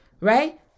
right